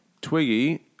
Twiggy